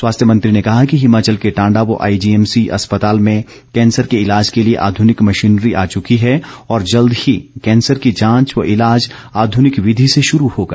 स्वास्थ्य मंत्री ने कहा कि हिमाचल के टांडा व आईजीएमसी अस्पताल में कैंसर के ईलाज के लिए आध्रनिक मशीनरी आ चुकी है और जल्द ही कैंसर की जांच व ईलाज आध्निक विधि से शुरू होगा